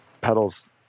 pedals